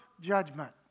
judgment